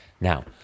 Now